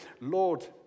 Lord